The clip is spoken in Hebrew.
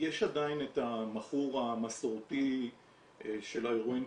יש עדיין את המכור המסורתי של ההרואין,